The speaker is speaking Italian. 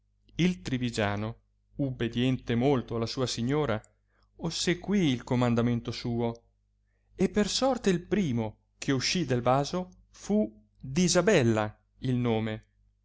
il trivigiano ubidiente molto alla sua signora essequì il comandamento suo e per sorte il primo che uscì del vaso fu d isabella il nome